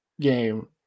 game